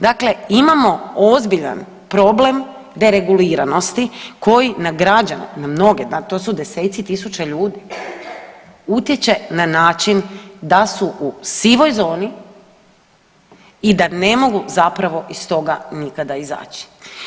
Dakle, imamo ozbiljan problem dereguliranosti koji na građane, na mnoge, to su deseci tisuća ljudi, utječe na način da su u sivoj zoni i da ne mogu zapravo iz toga nikada izaći.